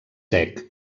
sec